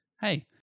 hey